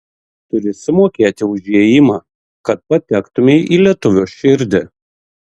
turi sumokėti už įėjimą kad patektumei į lietuvio širdį